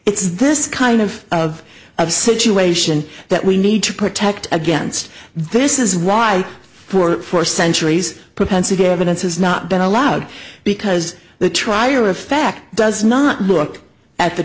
it's this kind of of a situation that we need to protect against this is why court for centuries propensity evidence has not been allowed because the trier of fact does not look at the